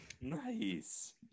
Nice